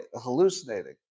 hallucinating